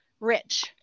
rich